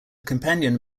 companion